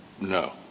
No